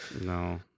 no